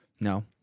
no